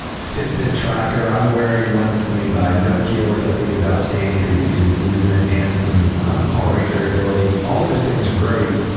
fitbit tracker, i'm wearing one that's made by nokia, which i think is outstanding because it uses movement and some heart rate variability. all those things are great.